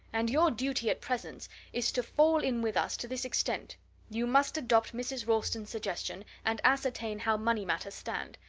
and your duty at present is to fall in with us to this extent you must adopt mrs. ralston's suggestion, and ascertain how money matters stand.